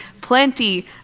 plenty